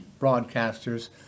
broadcasters